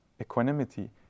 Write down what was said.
equanimity